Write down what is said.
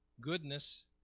goodness